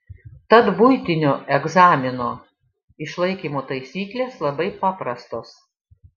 tad buitinio egzamino išlaikymo taisyklės labai paprastos